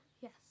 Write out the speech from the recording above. yes